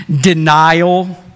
denial